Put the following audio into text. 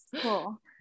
Cool